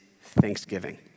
thanksgiving